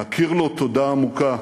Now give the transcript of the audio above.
נכיר לו תודה עמוקה,